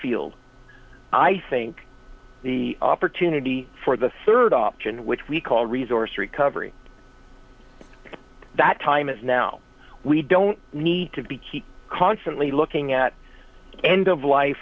field i think the opportunity for the third option which we call resource recovery that time is now we don't need to be keep constantly looking at end of life